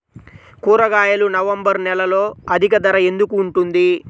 కూరగాయలు నవంబర్ నెలలో అధిక ధర ఎందుకు ఉంటుంది?